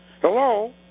Hello